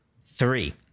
three